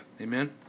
Amen